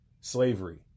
Slavery